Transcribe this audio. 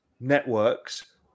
networks